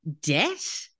debt